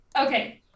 Okay